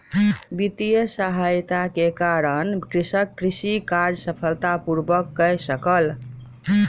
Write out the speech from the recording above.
वित्तीय सहायता के कारण कृषक कृषि कार्य सफलता पूर्वक कय सकल